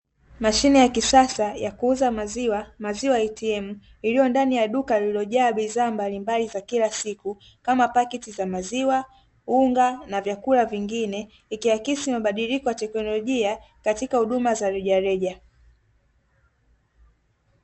Mashine ya kisasa ya kuuza maziwa maziwa "ATM" iliyondani ya duka liliojaa bidhaa mbalimbali za kila siku kama paketi za maziwa, unga na vyakula vingine vikiakisi mabadiliko ya teknolojia katika huduma za rejareja.